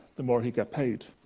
the more he got paid.